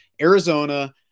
arizona